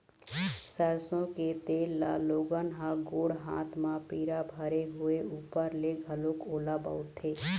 सरसो के तेल ल लोगन ह गोड़ हाथ म पीरा भरे होय ऊपर ले घलोक ओला बउरथे